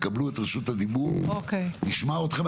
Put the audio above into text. תקבלו את רשות הדיבור ונשמע אתכם.